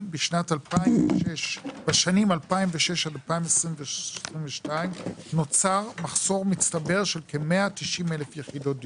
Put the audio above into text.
בשנים 2006 עד 2022 נוצר מחסור מצטבר של כ-190,000 יחידות דיור.